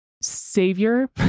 savior